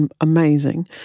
amazing